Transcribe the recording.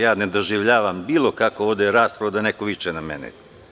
Ja ne doživljavam ovde bilo kakvu raspravu da neko viče na mene.